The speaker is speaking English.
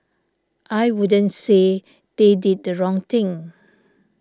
I wouldn't say they did the wrong thing